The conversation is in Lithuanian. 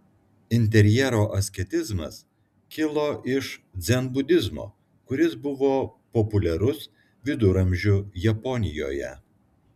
interjero asketizmas kilo iš dzenbudizmo kuris buvo populiarus viduramžių japonijoje